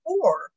four